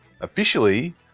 Officially